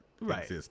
Right